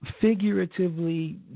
Figuratively